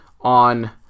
on